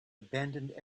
abandoned